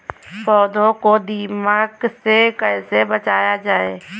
पौधों को दीमक से कैसे बचाया जाय?